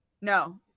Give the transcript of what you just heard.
no